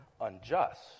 unjust